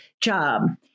job